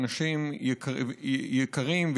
אנשים יקרים,